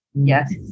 Yes